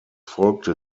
folgte